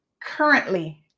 Currently